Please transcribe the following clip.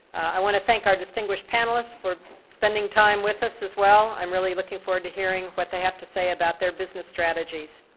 i want to thank our distinguished panelists for spending time with us, as well. i'll um really looking forward to hearing what they have to say about their business strategies.